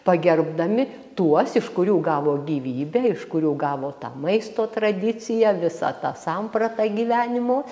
pagerbdami tuos iš kurių gavo gyvybę iš kurių gavo tą maisto tradiciją visą tą sampratą gyvenimo